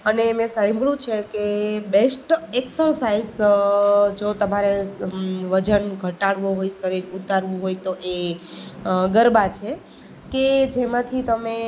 અને મેં સાંભળ્યું છે કે બેસ્ટ એક્સરસાઇઝ જો તમારે વજન ઘટાડવું હોય શરીર ઉતારવું હોય તો એ ગરબા છે કે જેમાંથી તમે